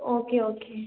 okay okay